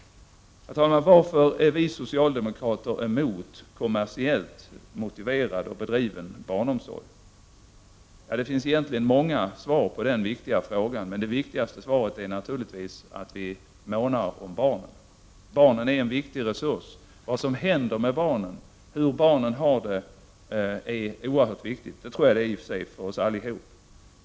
Herr talman! Varför är vi socialdemokrater emot kommersiellt motiverad och bedriven barnomsorg? Det finns egentligen många svar på den viktiga frågan. Den främsta anledningen är naturligtvis att vi månar om barnen. Barnen är en viktig resurs. Vad som händer med barnen, hur de har det är oerhört viktigt. Det tror jag i och för sig att det är för oss allihop.